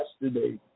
yesterday